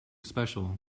special